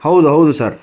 ಹೌದು ಹೌದು ಸರ್